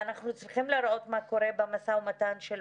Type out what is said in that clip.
אנחנו לשמחתי לא בתרחיש הקיצון כרגע,